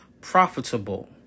profitable